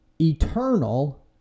eternal